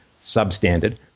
substandard